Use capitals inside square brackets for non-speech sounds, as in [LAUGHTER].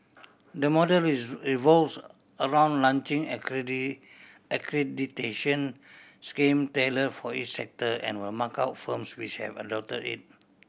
the model [UNINTELLIGIBLE] revolves around launching [UNINTELLIGIBLE] accreditation scheme tailor for each sector and will mark out firms which have adopt it